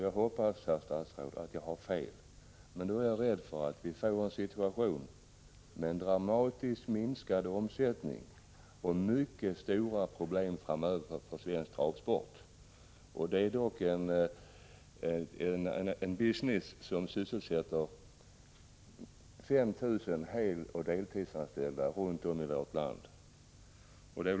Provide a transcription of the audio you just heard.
Jag hoppas att jag har fel, men jag är rädd för att vi får en situation med en dramatiskt minskad omsättning och mycket stora problem framöver för svensk travsport. Det är dock en business som sysselsätter 5 000 heloch deltidsanställda runt om i vårt land.